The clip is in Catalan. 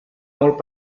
molt